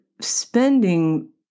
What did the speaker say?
spending